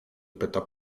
pyta